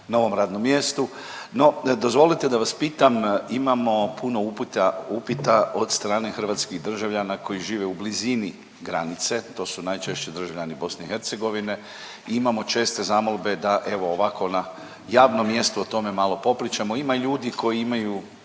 na novom radnom mjestu. No, dozvolite da vas pitam imamo puno uputa, upita od strane hrvatskih državljana koji žive u blizini granice to su najčešće državljani BiH i imamo česte zamolbe da evo ovako na javnom mjestu o tome malo popričamo. Ima i ljudi koji imaju